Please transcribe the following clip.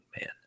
man